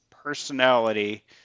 personality